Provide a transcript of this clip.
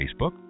Facebook